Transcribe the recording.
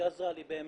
שעזרה לי באמת,